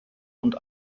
und